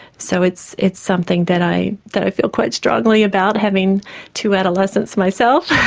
so it's it's something that i that i feel quite strongly about, having two adolescents myself